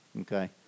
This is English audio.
Okay